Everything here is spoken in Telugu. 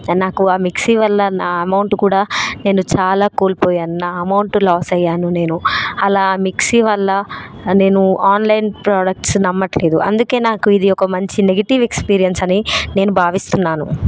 నాకు ఆ మిక్సీ వల్ల నా అమౌంట్ కూడా నేను చాలా కోల్పోయాను నా అమౌంట్ లాస్ అయ్యాను నేను అలా మిక్సీ వల్ల నేను ఆన్లైన్ ప్రొడక్ట్స్ నమ్మట్లేదు అందుకే నాకు ఇది ఒక మంచి నెగటివ్ ఎక్స్పీరియన్స్ అని నేను భావిస్తున్నాను